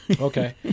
Okay